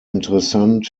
interessant